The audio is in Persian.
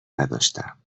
نداشتم